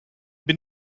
bin